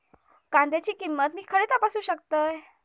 कांद्याची किंमत मी खडे तपासू शकतय?